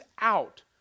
out